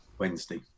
Wednesday